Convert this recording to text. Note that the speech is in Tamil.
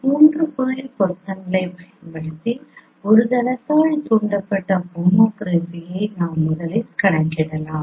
3 புள்ளி பொருத்தங்களை பயன்படுத்தி ஒரு தளத்தால் தூண்டப்பட்ட ஹோமோகிராஃபியை நாம் முதலில் கணக்கிடலாம்